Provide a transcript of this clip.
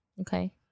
Okay